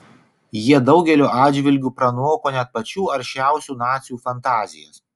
jie daugeliu atžvilgių pranoko net pačių aršiausių nacių fantazijas